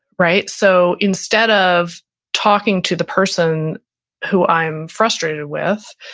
right? so instead of talking to the person who i'm frustrated with,